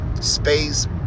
space